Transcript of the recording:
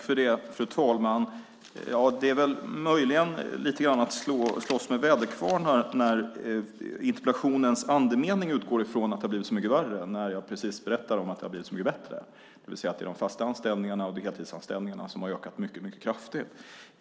Fru talman! Det är möjligen att lite grann slåss med väderkvarnar när andemeningen i interpellationen är att man utgår från att det har blivit så mycket värre och när jag precis berättat att det har blivit så mycket bättre - att antalet fasta anställningar och heltidsanställningarna har ökat mycket kraftigt.